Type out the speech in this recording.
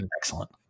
excellent